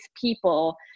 people